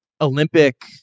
Olympic